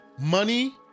Money